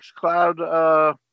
XCloud